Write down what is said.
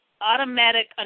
automatic